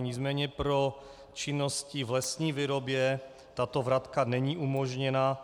Nicméně pro činnosti v lesní výrobě tato vratka není umožněna.